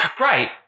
Right